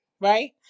right